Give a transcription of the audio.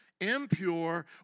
impure